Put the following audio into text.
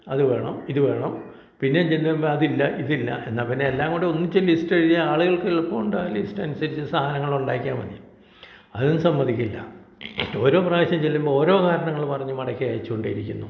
അത് വേണം ഇത് വേണം പിന്നെയും ചെല്ലുമ്പോൾ അതില്ല ഇതില്ല എന്നാൽ പിന്നെ എല്ലാം കൂടെ ഒന്നിച്ചൊരു ലിസ്റ്റ് എഴുതിയാൽ ആളുകൾക്ക് എളുപ്പം ഉണ്ട് ആ ലിസ്റ്റ് അനുസരിച്ച് സാധനങ്ങൾ ഉണ്ടാക്കിയാൽ മതി അതും സമ്മതിക്കില്ല ഓരോ പ്രാവശ്യം ചെല്ലുമ്പോൾ ഓരോ കാരണങ്ങൾ പറഞ്ഞ് മടക്കി അയച്ചുകൊണ്ടേ ഇരിക്കുന്നു